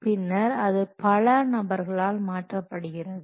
பின்னர் அது பல நபர்களால் மாற்றப்படுகிறது